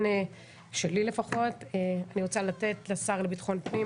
אני רוצה לתת לשר לביטחון פנים,